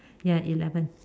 ya eleven